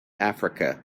africa